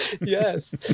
Yes